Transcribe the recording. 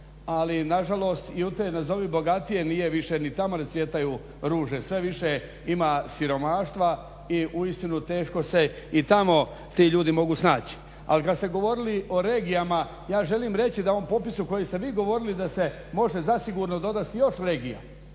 Ali nažalost i u te nazovi bogatije nije više ni tamo ne cvjetaju ruže. Sve više ima siromaštva i uistinu teško se i tamo ti ljudi mogu snaći. Ali kad ste govorili o regijama, ja želim reći da na ovom popisu koji ste vi govorili da se može zasigurno može dodati još regija.